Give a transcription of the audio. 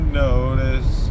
notice